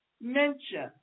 Mention